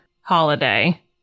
holiday